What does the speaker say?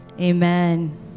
Amen